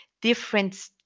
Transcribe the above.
different